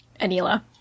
Anila